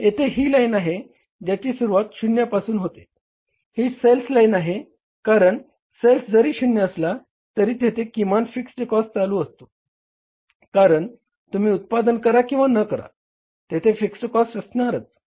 येथे ही लाईन आहे ज्याची सुरुवात 0 यापासून होते ही सेल्स लाईन आहे कारण सेल्स जरी 0 असला तरी तेथे किमान फिक्स्ड कॉस्ट चालू असतो कारण तुम्ही उत्पादन करा किंवा न करा तेथे फिक्स्ड कॉस्ट असणारच आहे